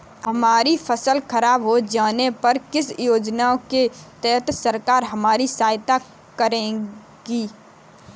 हमारी फसल खराब हो जाने पर किस योजना के तहत सरकार हमारी सहायता करेगी?